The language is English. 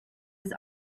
his